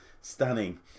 stunning